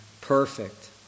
perfect